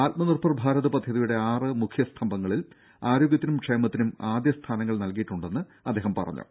ആത്മനിർഭർ ഭാരത് പദ്ധതിയുടെ ആറ് മുഖ്യ സ്തംഭങ്ങളിൽ ആരോഗ്യത്തിനും ക്ഷേമത്തിനും ആദ്യ സ്ഥാനങ്ങൾ നൽകിയിട്ടുണ്ടെന്ന് അദ്ദേഹം പറഞ്ഞു